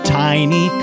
tiny